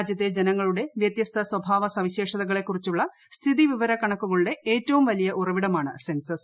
രാജ്യത്തെ ജനങ്ങളുടെ വ്യത്യസ്ത സ്വഭാവ സവിശേഷതകളെക്കുറിച്ചുളള സ്ഥിതി വിവരക്കണക്കുകളുടെ ഏറ്റവും വലിയ ഉറവിടമാണ് സെൻസസ്